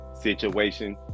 situation